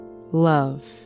love